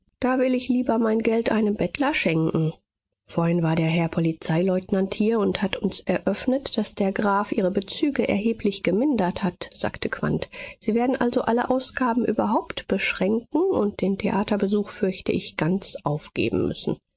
da will ich lieber mein geld einem bettler schenken vorhin war der herr polizeileutnant hier und hat uns eröffnet daß der graf ihre bezüge erheblich gemindert hat sagte quandt sie werden also alle ausgaben überhaupt beschränken und den theaterbesuch fürchte ich ganz aufgeben müssen